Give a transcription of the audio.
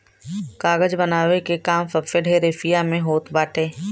कागज बनावे के काम सबसे ढेर एशिया में होत बाटे